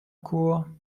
cour